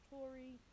Tory